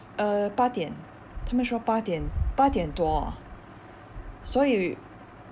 uh 八点他们说八点多所以 suo yi